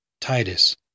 Titus